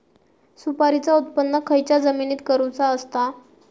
सुपारीचा उत्त्पन खयच्या जमिनीत करूचा असता?